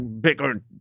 bigger